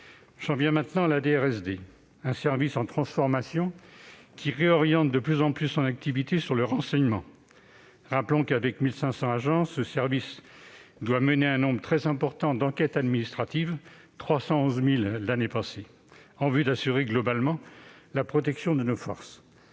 et de la sécurité de la défense, un service en transformation qui réoriente de plus en plus son activité sur le renseignement. Rappelons que, avec 1 500 agents, ce service doit mener un nombre très élevé d'enquêtes administratives- 311 000 l'année passée -en vue d'assurer globalement la protection de nos forces.